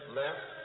left